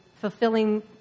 fulfilling